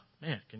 man